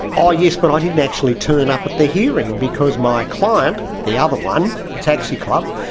oh yes but i didn't actually turn up at the hearing because my client the other one, the taxi club,